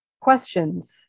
questions